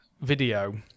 video